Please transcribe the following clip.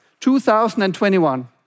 2021